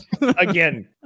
Again